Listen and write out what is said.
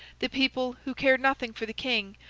the people, who cared nothing for the king,